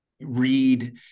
read